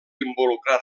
involucrar